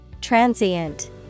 Transient